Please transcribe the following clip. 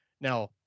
Now